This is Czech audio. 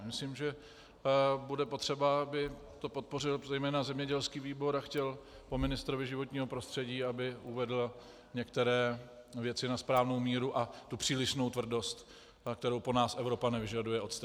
Myslím, že bude potřeba, aby to podpořil zejména zemědělský výbor a chtěl po ministrovi životního prostředí, aby uvedl některé věci na správnou míru, a tu přílišnou tvrdost, kterou po nás Evropa nevyžaduje, odstranil.